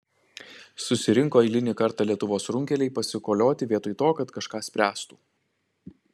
susirinko eilinį kartą lietuvos runkeliai pasikolioti vietoj to kad kažką spręstų